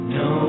no